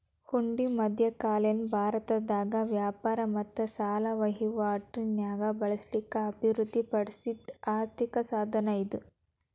ಹುಂಡಿ ಮಧ್ಯಕಾಲೇನ ಭಾರತದಾಗ ವ್ಯಾಪಾರ ಮತ್ತ ಸಾಲ ವಹಿವಾಟಿ ನ್ಯಾಗ ಬಳಸ್ಲಿಕ್ಕೆ ಅಭಿವೃದ್ಧಿ ಪಡಿಸಿದ್ ಆರ್ಥಿಕ ಸಾಧನ ಇದು